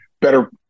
better